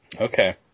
Okay